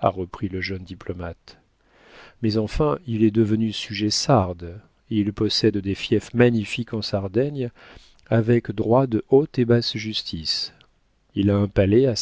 a repris le jeune diplomate mais enfin il est devenu sujet sarde il possède des fiefs magnifiques en sardaigne avec droit de haute et basse justice il a un palais à